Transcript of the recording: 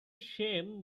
shame